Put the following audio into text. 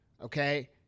Okay